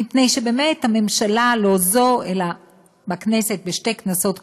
מפני שבאמת הממשלה, לא זו, אלא בשתי כנסות קודמות,